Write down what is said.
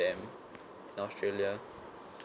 them in australia